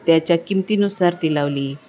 त्याच्या किमतीनुसार ती लावली